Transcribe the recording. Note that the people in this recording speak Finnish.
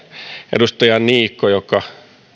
edustaja niikko joka